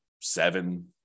seven